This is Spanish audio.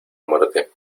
muerte